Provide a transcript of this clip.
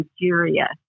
Nigeria